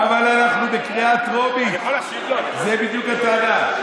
אבל אנחנו בקריאה טרומית, זו בדיוק הטענה.